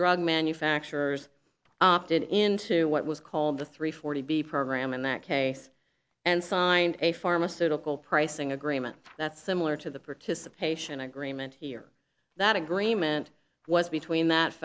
drug manufacturers opted into what was called the three forty b program in that case and signed a pharmaceutical pricing agreement that's similar to the participation agreement here that agreement was between that